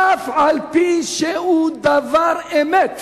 אף-על-פי שהוא דבר אמת,